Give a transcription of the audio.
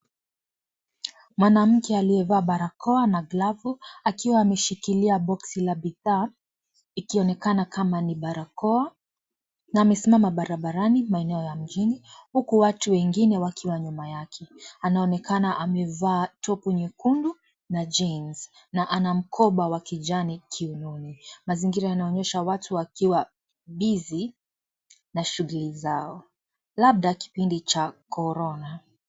Mwanamke aliyevalia barakoa na glavu akiwa ameshikilia bidhaa ikionekana kama ni barakoa na amesimama babarani maeneo ya mjini huku watu wengine wakiwa nyuma yake. Anaonekana amevaa topu nyekundu na jeans na ana mkoba wa kijani kiunoni. Mazingira yanaonyesha watu wakiwa busy na shughuli zao, labda kipindi cha korona.